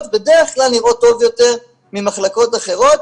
בדרך כלל נראות טוב יותר ממחלקות אחרות,